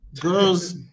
girls